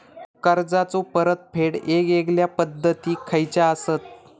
कर्जाचो परतफेड येगयेगल्या पद्धती खयच्या असात?